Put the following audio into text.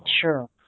Sure